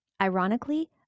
Ironically